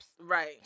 Right